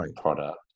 product